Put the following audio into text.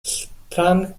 strand